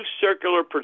circular